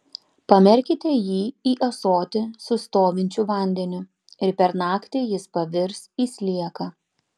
pamerkite jį į ąsotį su stovinčiu vandeniu ir per naktį jis pavirs į slieką